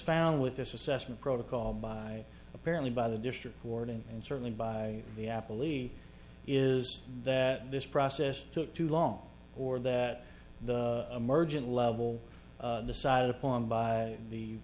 found with this assessment protocol by apparently by the district warden and certainly by the apple e is that this process took too long or that the emergent level decided upon by